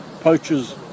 poachers